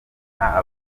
inaha